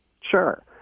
Sure